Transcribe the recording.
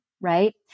right